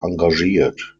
engagiert